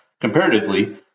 Comparatively